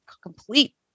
complete